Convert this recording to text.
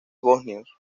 bosnios